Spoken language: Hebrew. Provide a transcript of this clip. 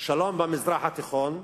שלום במזרח התיכון,